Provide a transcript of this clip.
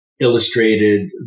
illustrated